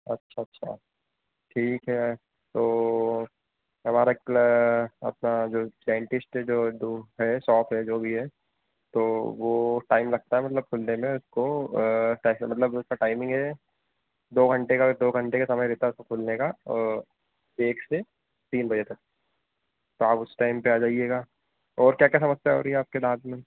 अच्छा अच्छा ठीक है तो हमारा क्ला अपना जो डेंटिस्ट जो दो है शॉप है जो भी है तो वह है टाइम लगता है खुलने में उसको कैसे मतलब उसका टाइमिंग है दो घंटे का दो घंटे का समय रहता उसको खुलने का और एक से तीन बजे तक तो आप उस टाइम पर आ जाइएगा और क्या क्या समस्या हो रही आपके दाँत में